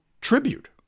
tribute